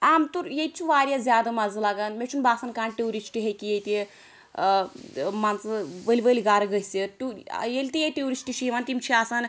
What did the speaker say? عام طور ییٚتہِ چھُ واریاہ زیادٕ مَزٕ لگان مےٚ چھُنہٕ باسان کانٛہہ ٹیٛوٗرِسٹہٕ ہیٚکہِ ییٚتہِ ٲں مان ژٕ ؤلۍ ؤلۍ گھرٕ گٔژھِتھ ٹوٗ ٲں ییٚلہِ تہِ ییٚتہِ ٹیٛورسٹہٕ چھِ یِوان تِم چھِ آسان